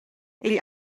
igl